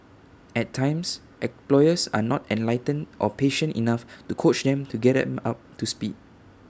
at times employers are not enlightened or patient enough to coach them to get them up to speed